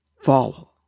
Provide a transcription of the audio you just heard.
follow